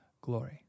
glory